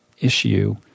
issue